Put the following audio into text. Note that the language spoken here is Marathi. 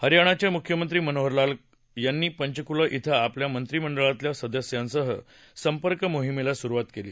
हरयाणाचे मुख्यमंत्री मनोहरलाल यांनी पंचकुला इथं आपल्या मंत्रीमंडळातील सदस्यांसह संपर्क मोहिमेला सुरुवात केली